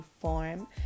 form